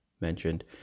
mentioned